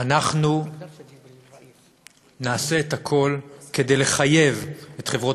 אנחנו נעשה את הכול כדי לחייב את חברות